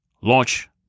launch